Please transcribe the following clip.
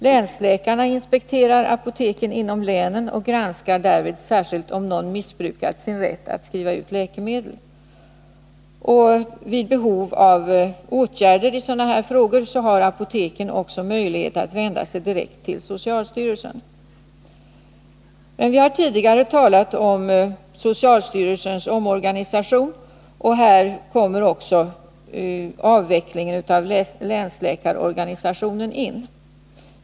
Länsläkarna inspekterar apoteken inom länen och granskar därvid särskilt om någon missbrukat sin rätt att skriva ut läkemedel. Vid behov av åtgärder i sådana här frågor har apoteken också möjlighet att vända sig direkt till socialstyrelsen. Vi har tidigare talat om socialstyrelsens omorganisation, och här kommer avvecklingen av länsläkarorganisationen in.